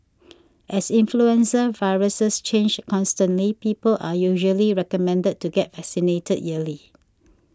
as influenza viruses change constantly people are usually recommended to get vaccinated yearly